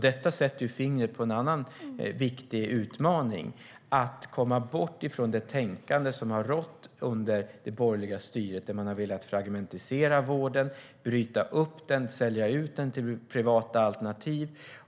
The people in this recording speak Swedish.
Detta sätter fingret på en annan viktig utmaning: att komma bort från det tänkande som har rått under det borgerliga styret, där man har velat fragmentisera vården, bryta upp den och sälja ut den till privata alternativ.